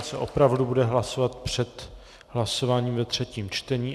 Ten se opravdu bude hlasovat před hlasováním ve třetím čtení.